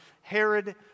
Herod